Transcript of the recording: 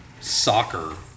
soccer